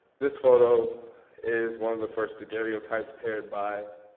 this photo is one of the first daguerreotypes paired by